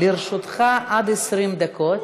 לרשותך עד 20 דקות.